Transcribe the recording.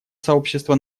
сообщества